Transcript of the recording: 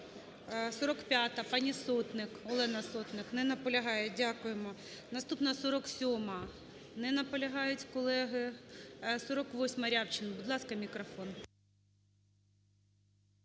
45, пані Сотник, Олена Сотник. Не наполягає. Дякуємо. Наступна 47-а. Не наполягають колеги. 48-а, Рябчин. Будь ласка, мікрофон.